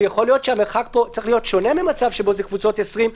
ויכול להיות שהמרחק צריך להיות שונה ממצב של קבוצות עם 20 אנשים,